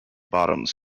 bottoms